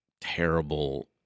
terrible